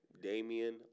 Damian